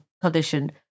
condition